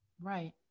right